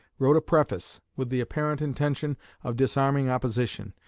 wrote a preface, with the apparent intention of disarming opposition,